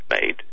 made